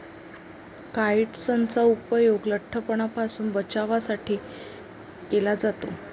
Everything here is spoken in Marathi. काइट्सनचा उपयोग लठ्ठपणापासून बचावासाठी केला जातो